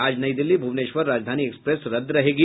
आज नई दिल्ली भुवनेश्वर राजधानी एक्सप्रेस रद्द रहेगी